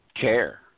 care